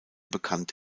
bekannt